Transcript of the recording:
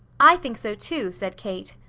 i think so, too, said kate.